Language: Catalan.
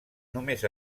només